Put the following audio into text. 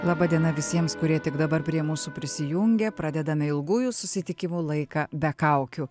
laba diena visiems kurie tik dabar prie mūsų prisijungė pradedame ilgųjų susitikimų laiką be kaukių